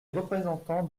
représentants